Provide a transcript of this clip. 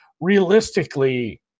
realistically